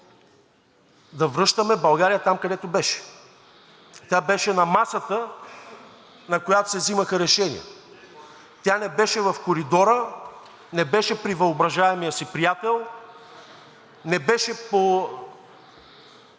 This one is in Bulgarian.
да връщаме България там, където беше. Тя беше на масата, на която се взимаха решения. Тя не беше в коридора, не беше при въображаемия си приятел, не беше по